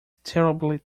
terribly